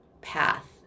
path